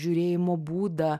žiūrėjimo būdą